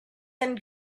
and